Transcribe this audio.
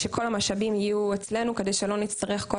שכל המשאבים יהיו אצלנו כדי שלא נצטרך כל